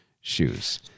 shoes